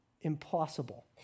impossible